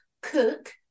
cook